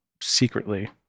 secretly